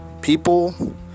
People